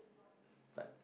but